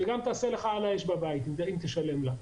החברה הזו גם תעשה לך על האש אם תשלם לה.